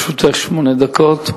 לרשותך שמונה דקות.